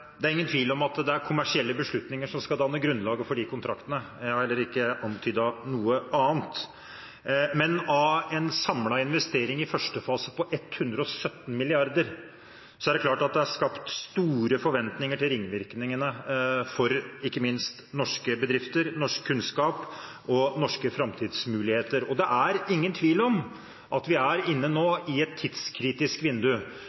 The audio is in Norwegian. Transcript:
Det er ingen tvil om at det er kommersielle beslutninger som skal danne grunnlaget for de kontraktene. Jeg har heller ikke antydet noe annet. Men av en samlet investering i første fase på 117 mrd. kr, er det klart at det er skapt store forventninger til ringvirkningene, ikke minst for norske bedrifter, norsk kunnskap og norske framtidsmuligheter. Og det er ingen tvil om at vi nå er inne i et tidskritisk vindu.